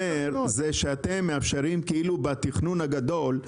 אז עושים תוכנית עבודה ומתעסקים בתוכנית הזאת.